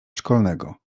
szkolnego